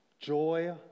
Joy